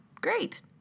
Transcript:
great